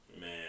Man